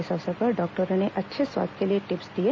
इस अवसर पर डॉक्टरों ने अच्छे स्वास्थ्य के लिए टिप्स दिए